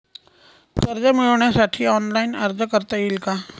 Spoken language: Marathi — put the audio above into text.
कर्ज मिळविण्यासाठी ऑनलाइन अर्ज करता येईल का?